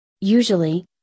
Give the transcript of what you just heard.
Usually